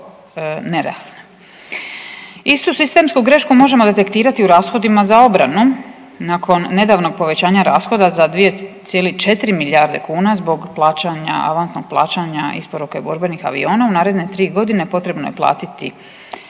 Istu sistemsku grešku možemo detektirati u rashodima za obranu nakon nedavnog povećanja rashoda za 2,4 milijarde kuna za plaćanja, avansnog plaćanja isporuke borbenih aviona u naredne 3 godine, potrebno je platiti